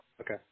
Okay